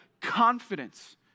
confidence